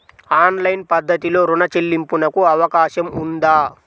Online పద్ధతిలో రుణ చెల్లింపునకు అవకాశం ఉందా?